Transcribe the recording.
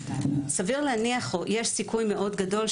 יש סיכוי גדול,